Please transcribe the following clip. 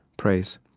praise.